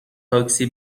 تاکسی